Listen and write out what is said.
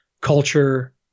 culture